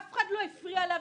אף אחד לא הפריע לה.